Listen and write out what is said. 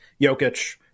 Jokic